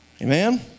Amen